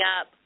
up